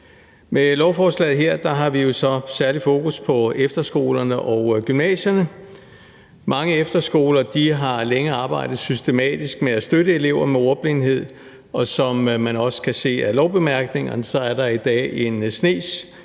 Med lovforslaget her har vi jo så særlig fokus på efterskolerne og gymnasierne. Mange efterskoler har længe arbejdet systematisk med at støtte elever med ordblindhed, og som man også kan se af lovbemærkningerne, er der i dag en snes